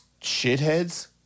shitheads